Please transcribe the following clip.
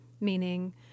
meaning